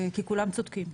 כי כולם צודקים.